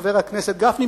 חבר הכנסת גפני,